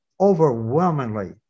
overwhelmingly